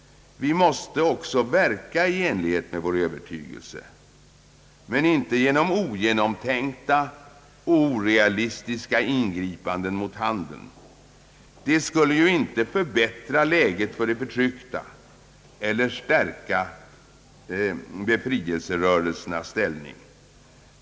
Vi måste också verka i enlighet med vår övertygelse, men inte genom ogenomtänkta och orealistiska ingripanden mot han deln. Det skulle inte förbättra läget för de förtryckta eller stärka befrielserörelsernas ställning.